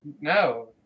no